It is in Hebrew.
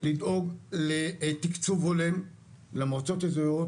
לדאוג לתקצוב הולם למועצות האזוריות